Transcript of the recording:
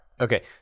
Okay